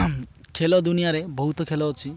ଖେଳ ଦୁନିଆରେ ବହୁତ ଖେଳ ଅଛି